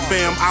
Fam